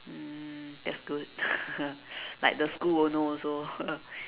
mm that's good like the school won't know also